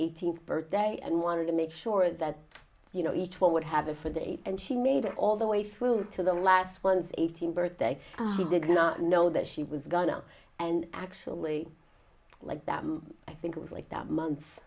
birthday and wanted to make sure that you know each one would have it for the day and she made it all the way through to the last one's eighteenth birthday she did not know that she was gone and actually like that i think of like that month